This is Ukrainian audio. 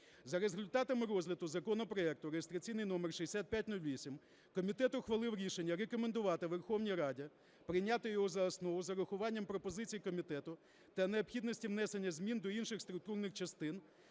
За результатами розгляду законопроекту реєстраційний номер 6508 комітет ухвалив рішення рекомендувати Верховній Раді прийняти його за основу з урахуванням пропозицій комітету та необхідності внесення змін до інших структурних частин